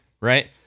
Right